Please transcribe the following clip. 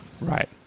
Right